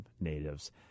natives